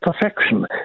perfection